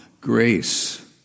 grace